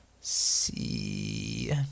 see